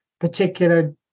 particular